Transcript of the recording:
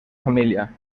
família